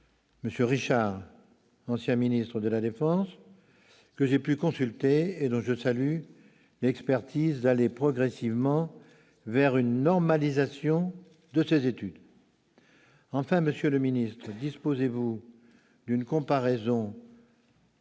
M. Alain Richard, ancien ministre de la défense, que j'ai pu consulter et dont je salue l'expertise, d'aller progressivement vers une « normalisation » de ces études. Enfin, monsieur le secrétaire d'État, disposez-vous d'une comparaison européenne